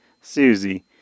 Susie